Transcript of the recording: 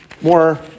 more